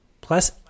plus